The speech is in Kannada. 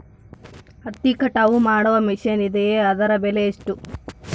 ಹತ್ತಿ ಕಟಾವು ಮಾಡುವ ಮಿಷನ್ ಇದೆಯೇ ಅದರ ಬೆಲೆ ಎಷ್ಟು?